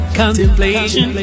contemplation